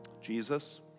Jesus